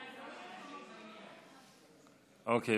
אוקיי.